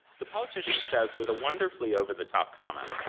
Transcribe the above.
the politician says, with a wonderfully over the top comment,